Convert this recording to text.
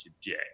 today